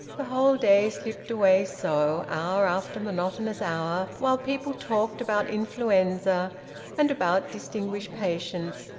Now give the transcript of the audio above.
the whole day slipped away so, hour after monotonous hour, while people talked about influenza and about distinguished patients,